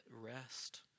rest